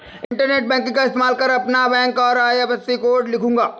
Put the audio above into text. internet banking का इस्तेमाल कर मैं अपना बैंक और आई.एफ.एस.सी कोड लिखूंगा